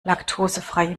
laktosefreie